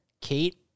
kate